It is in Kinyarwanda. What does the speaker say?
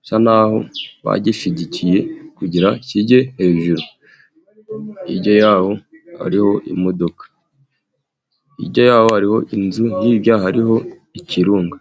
bisa naho bagishyigikiye kugira ngo kijye hejuru. Hirya yaho hariho imodoka, hirya yaho hariho inzu, hirya hariho ikirunga.